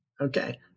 okay